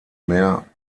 mehr